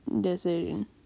decision